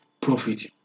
profit